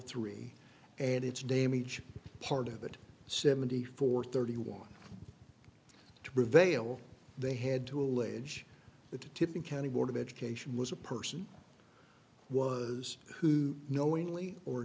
three and its damage part of that seventy four thirty one to prevail they had to allege the tipping county board of education was a person was who knowingly or